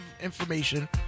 information